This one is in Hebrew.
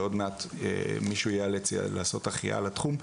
ועוד מעט מישהו יאלץ לעשות החייאה לתחום,